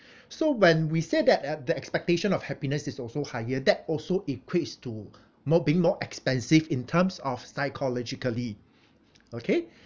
so when we say that uh the expectation of happiness is also higher that also equates to more being more expensive in terms of psychologically okay